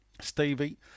Stevie